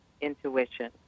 intuition